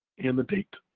and the date.